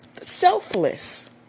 Selfless